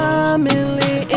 Family